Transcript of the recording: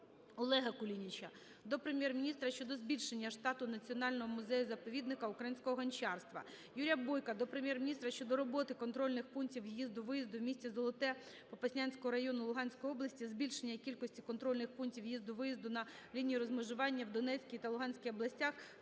Олега Кулініча до Прем'єр-міністра щодо збільшення штату Національного музею-заповідника українського гончарства. Юрія Бойка до Прем'єр-міністра щодо роботи контрольних пунктів в'їзду-виїзду у місті Золоте Попаснянського району Луганської області, збільшення кількості контрольних пунктів в'їзду-виїзду на лінії розмежування в Донецькій та Луганській областях